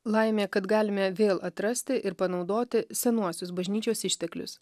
laimė kad galime vėl atrasti ir panaudoti senuosius bažnyčios išteklius